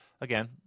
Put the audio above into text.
again